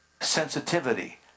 Sensitivity